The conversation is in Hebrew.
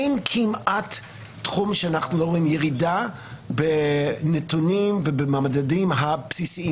אין כמעט תחום שאנחנו לא רואים בו ירידה בנתונים ובממדים הבסיסיים,